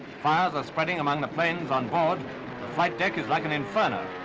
fires are spreading among the planes on board. the flight deck is like an inferno.